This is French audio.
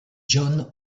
john